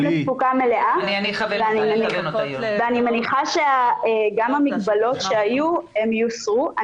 אנחנו חוזרים לתפוקה מלאה ואני מניחה שגם המגבלות שהיו יוסרו.